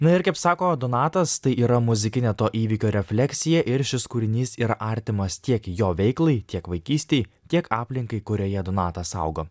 na ir kaip sako donatas tai yra muzikinė to įvykio refleksija ir šis kūrinys yra artimas tiek jo veiklai tiek vaikystei tiek aplinkai kurioje donatas augo